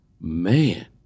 Man